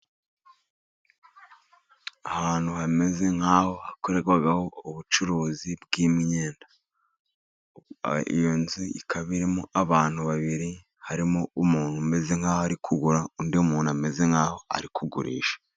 Ahantu hameze nk'aho hakorerwa ubucuruzi bw'imyenda. Iyo nzu ikaba irimo abantu babiri. Harimo umuntu umeze nk'aho ari kugura, undi muntu ameze nk'aho ari kugurisha.